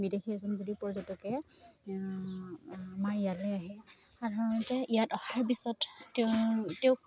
বিদেশী এজন যদি পৰ্যটকে আমাৰ ইয়ালে আহে সাধাৰণতে ইয়াত অহাৰ পিছত তেওঁ তেওঁক